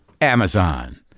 Amazon